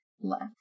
left